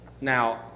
Now